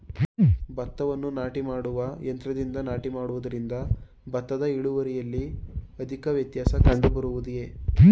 ಭತ್ತವನ್ನು ನಾಟಿ ಮಾಡುವ ಯಂತ್ರದಿಂದ ನಾಟಿ ಮಾಡುವುದರಿಂದ ಭತ್ತದ ಇಳುವರಿಯಲ್ಲಿ ಅಧಿಕ ವ್ಯತ್ಯಾಸ ಕಂಡುಬರುವುದೇ?